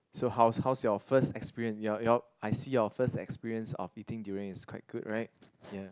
so how's how's your first experience your your I see your first experience of eating durian is quite good right ya